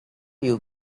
you